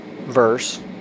verse